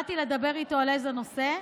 באתי לדבר איתו על איזה נושא,